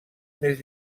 més